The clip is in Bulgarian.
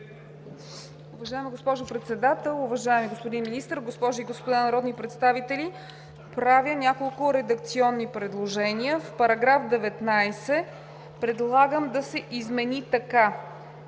Уважаема госпожо Председател, уважаеми господин Министър, госпожи и господа народни представители! Правя няколко редакционни предложения. Предлагам § 19 да се измени така: